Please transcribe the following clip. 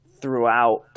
throughout